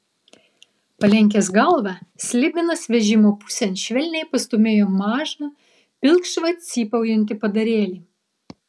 palenkęs galvą slibinas vežimo pusėn švelniai pastūmėjo mažą pilkšvą cypaujantį padarėlį